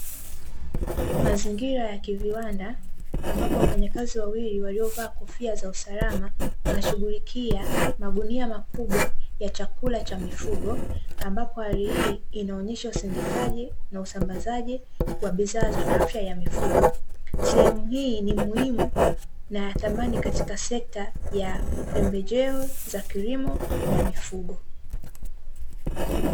Mazingira ya kiviwanda ambapo wafanyakazi wawili waliovaa kofia za usalama, wanashughulikia magunia makubwa ya chakula cha mifugo, ambapo hali hii inaonyesha usindikaji na usambazaji wa bidhaa za afya ya mifugo. Sehemu hii ni muhimu na ya thamani katika sekta ya pembejeo za kilimo na mifugo.